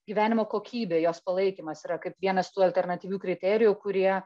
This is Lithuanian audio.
gyvenimo kokybė jos palaikymas yra kaip vienas tų alternatyvių kriterijų kurie